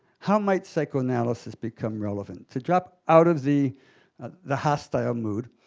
how might psychoanalysis become relevant? to drop out of the the hostile mood.